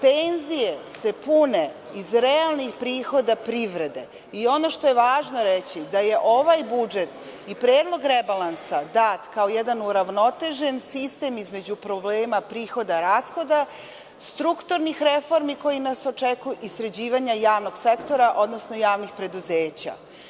Penzije se pune iz realnih prihoda privrede i ono što je važno reći da je ovaj budžet i Predlog rebalansa dat kao jedan uravnotežen sistem između problema prihoda rashoda, strukturnih reformi koje nas očekuju i sređivanje javnog sektora odnosno javnih preduzeća.